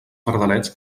pardalets